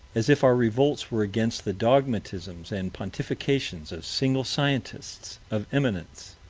as if our revolts were against the dogmatisms and pontifications of single scientists of eminence.